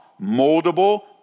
moldable